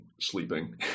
sleeping